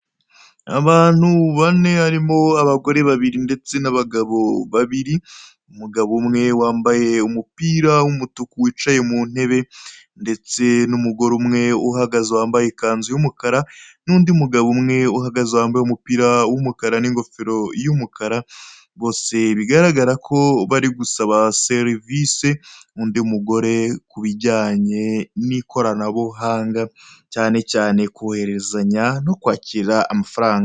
Abantu bane harimo abagore babiri ndetse n'anagabo babiri, umugabo umwe wambaye umupira w'umutuku wicaye mu ntebe ndetse n'umugore umwe uhagaze wambaye ikanzu y'umukara n'undi mugabo umwe uhagaze wambaye umupira w'umukara n'ingofero y'umukara bose bigaragara ko bari gusaba serivise undi mugore ku bijyanye n'ikoranabuhanga cyane cyane koherezanya no kwakira amafaranga.